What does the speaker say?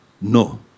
No